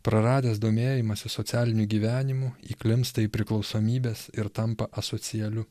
praradęs domėjimąsi socialiniu gyvenimu įklimpsta į priklausomybes ir tampa asocialiu